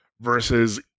versus